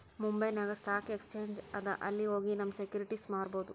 ಮುಂಬೈನಾಗ್ stock exchange ಅದಾ ಅಲ್ಲಿ ಹೋಗಿ ನಮ್ ಸೆಕ್ಯೂರಿಟಿಸ್ ಮಾರ್ಬೊದ್